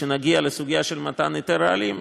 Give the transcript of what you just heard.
כשנגיע לסוגיה של מתן היתר רעלים,